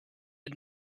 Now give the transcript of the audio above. had